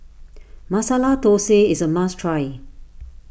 Masala Thosai is a must try